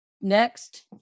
next